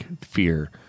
fear